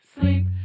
sleep